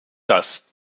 dass